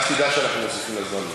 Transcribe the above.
תוסיף לי ל-50.